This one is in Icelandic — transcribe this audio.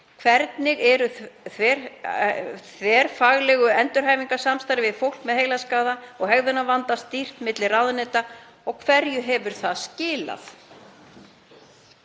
Hvernig er þverfaglegu endurhæfingarsamstarfi við fólk með heilaskaða og hegðunarvanda stýrt milli ráðuneyta og hverju hefur það skilað?